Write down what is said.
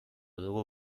dugu